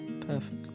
perfect